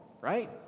right